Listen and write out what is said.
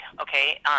okay